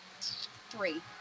Three